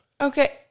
Okay